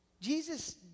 Jesus